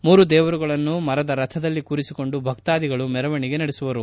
ಮೂರು ದೇವರುಗಳನ್ನು ಮರದ ರಥದಲ್ಲಿ ಕೂರಿಸಿಕೊಂಡು ಭಕ್ಕಾದಿಗಳು ಮೆರವಣೆಗೆ ನಡೆಸುವರು